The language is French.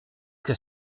que